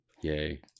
yay